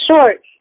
short